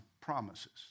promises